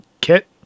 kit